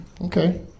Okay